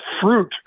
fruit